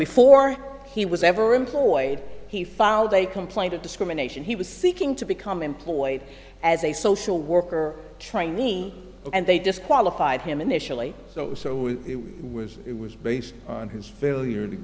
before he was ever employed he filed a complaint of discrimination he was seeking to become employed as a social worker trainee and they disqualified him initially so we were it was based on his failure to